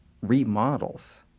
remodels